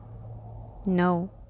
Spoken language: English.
No